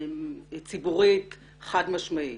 ציבורית חד משמעית,